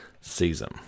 season